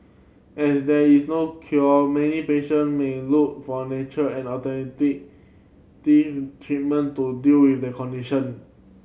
as there is no cure many patient may look for natural and alternative these treatment to deal with their condition